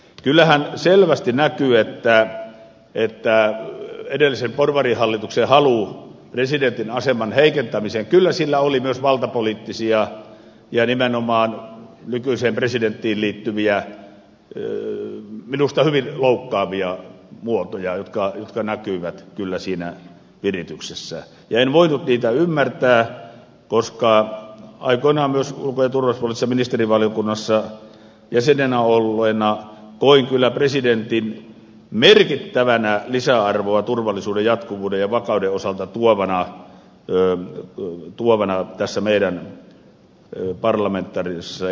kyllähän selvästi näkyy että edellisen porvarihallituksen halussa presidentin aseman heikentämiseen oli myös valtapoliittisia ja nimenomaan nykyiseen presidenttiin liittyviä minusta hyvin loukkaavia muotoja jotka näkyivät kyllä siinä virityksessä ja en voinut niitä ymmärtää koska aikoinaan myös ulko ja turvallisuuspoliittisessa ministerivaliokunnassa jäsenenä olleena koin kyllä presidentin merkittävää lisäarvoa turvallisuuden jatkuvuuden ja vakauden osalta tuovana tässä meidän parlamentaarisessa järjestelmässämme